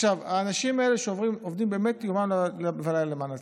האנשים האלה עובדים באמת יומם ולילה למען הציבור.